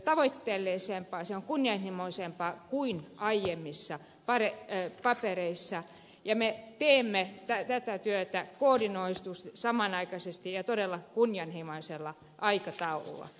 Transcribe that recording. se on tavoitteellisempaa se on kunnianhimoisempaa kuin aiemmissa papereissa ja me teemme tätä työtä koordinoidusti samanaikaisesti ja todella kunnianhimoisella aikataululla